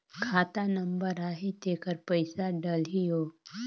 खाता नंबर आही तेकर पइसा डलहीओ?